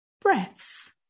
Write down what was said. breaths